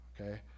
okay